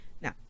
Now